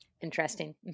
Interesting